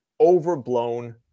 overblown